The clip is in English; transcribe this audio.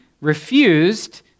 refused